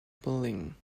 building